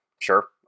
sure